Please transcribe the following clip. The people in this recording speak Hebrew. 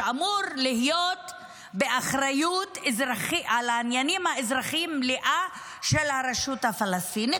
שאמורה להיות באחריות מלאה על העניינים האזרחיים של הרשות הפלסטינית,